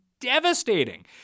devastating